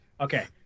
Okay